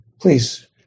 please